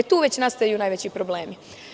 Ovde nastaju najveći problemi.